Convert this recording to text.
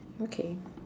okay